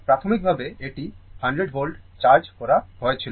প্রাথমিকভাবে এটি 100 volt charge করা হয়েছিল